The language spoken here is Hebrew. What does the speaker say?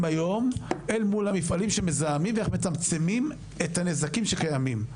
היום אל מול המפעלים שמזהמים ואיך מצמצמים את הנזקים שקיימים.